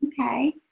Okay